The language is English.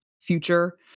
future